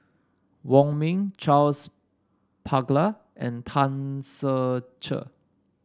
Wong Ming Charles Paglar and Tan Ser Cher